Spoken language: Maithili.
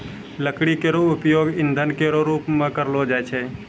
लकड़ी केरो उपयोग ईंधन केरो रूप मे करलो जाय छै